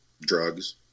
drugs